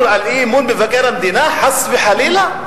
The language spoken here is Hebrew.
לציבור מסר על אי-אמון במבקר המדינה, חס וחלילה?